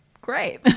great